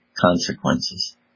consequences